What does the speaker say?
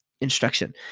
instruction